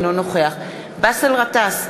אינו נוכח באסל גטאס,